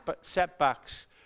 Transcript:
setbacks